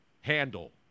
handle